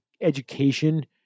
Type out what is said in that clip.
education